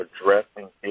addressing